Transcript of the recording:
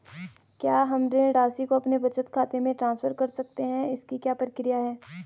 क्या हम ऋण राशि को अपने बचत खाते में ट्रांसफर कर सकते हैं इसकी क्या प्रक्रिया है?